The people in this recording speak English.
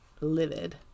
livid